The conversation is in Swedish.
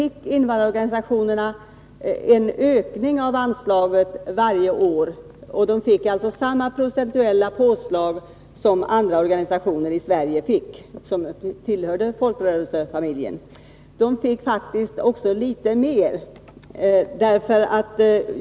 Invandrarorganisationerna fick däremot en ökning av anslagen varje år, de fick samma procentuella påslag som andra organisationer som tillhör folkrörelsefamiljen. Egentligen fick invandrarorganisationerna faktiskt litet mer än så.